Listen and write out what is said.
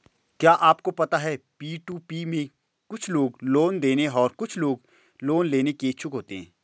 क्या आपको पता है पी.टू.पी में कुछ लोग लोन देने और कुछ लोग लोन लेने के इच्छुक होते हैं?